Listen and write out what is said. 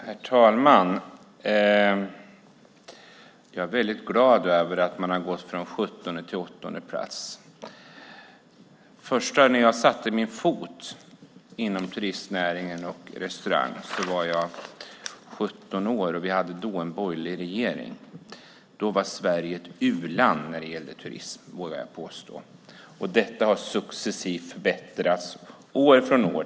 Herr talman! Jag är väldigt glad över att Sverige har gått från 17:e till 8:e plats som bästa turistland. När jag först satte en fot inom turist och restaurangnäringen var jag 17 år. Vi hade då en borgerlig regering, och Sverige var, vågar jag påstå, ett u-land när det gällde turism. Men det där har successivt förbättrats år från år.